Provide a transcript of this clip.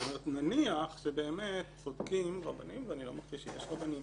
נניח שבאמת צודקים רבנים, ואמרתי שיש רבנים